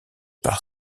par